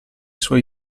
suoi